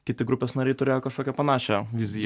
kiti grupės nariai turėjo kažkokią panašią viziją